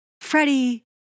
Freddie